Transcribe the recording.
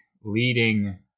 leading